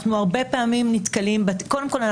קודם כל,